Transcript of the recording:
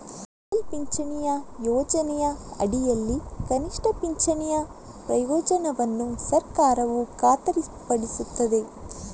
ಅಟಲ್ ಪಿಂಚಣಿ ಯೋಜನೆಯ ಅಡಿಯಲ್ಲಿ ಕನಿಷ್ಠ ಪಿಂಚಣಿಯ ಪ್ರಯೋಜನವನ್ನು ಸರ್ಕಾರವು ಖಾತರಿಪಡಿಸುತ್ತದೆ